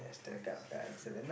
I see